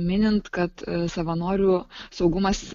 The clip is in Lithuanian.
minint kad savanorių saugumas